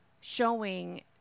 showing